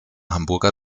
hamburger